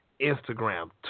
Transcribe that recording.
Instagram